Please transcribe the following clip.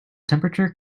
temperature